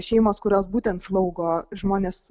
šeimos kurios būtent slaugo žmones